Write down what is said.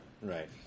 Right